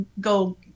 go